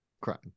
crime